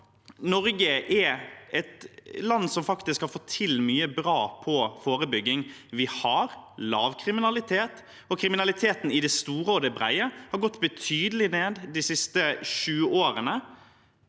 Norge er et land som faktisk har fått til mye bra på forebygging. Vi har lav kriminalitet, og kriminaliteten i det store og brede har gått betydelig ned de siste sju årene,